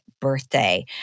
birthday